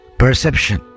perception